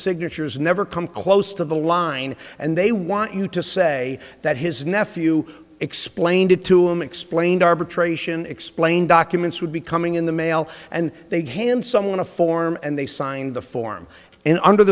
signatures never come close to the line and they want you to say that his nephew explained it to him explained arbitration explain documents would be coming in the mail and they'd hand someone a form and they signed the form in under